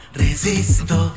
resisto